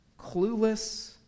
clueless